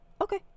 okay